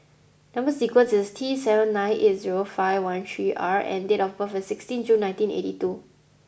number sequence is T seven nine eight zero five one three R and date of birth is sixteen June nineteen eighty two